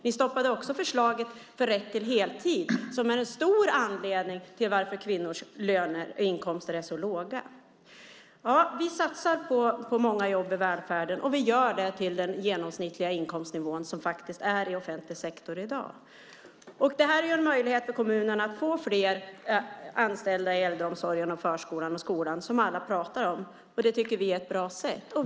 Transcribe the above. Ni stoppade också förslaget om rätt till heltid - deltidsarbete har ju en stor del i att kvinnors löner och inkomster är så låga. Vi satsar på många jobb i välfärden, och vi gör det till den genomsnittliga inkomstnivå som faktiskt råder i offentlig sektor i dag. Detta är en möjlighet för kommunerna att få fler anställda i äldreomsorgen, förskolan och skolan - det som alla pratar om. Vi tycker att det är ett bra sätt.